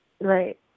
Right